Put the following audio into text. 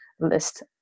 list